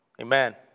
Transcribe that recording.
amen